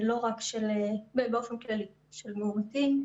לא רק באופן כללי של מאומתים,